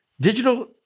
digital